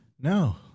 No